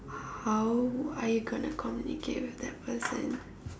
how are you going to communicate with that person